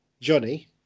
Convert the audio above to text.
Johnny